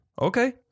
Okay